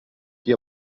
qui